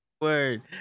Word